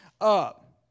up